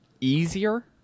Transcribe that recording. easier